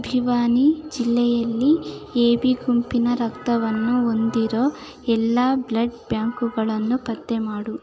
ಭವಾನಿ ಜಿಲ್ಲೆಯಲ್ಲಿ A B ಗುಂಪಿನ ರಕ್ತವನ್ನ ಹೊಂದಿರೋ ಎಲ್ಲ ಬ್ಲಡ್ ಬ್ಯಾಂಕುಗಳನ್ನು ಪತ್ತೆ ಮಾಡು